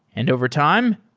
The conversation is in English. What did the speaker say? and overtime,